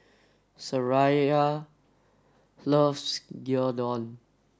Sariah loves Gyudon